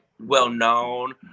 well-known